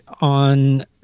on